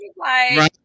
right